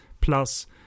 plus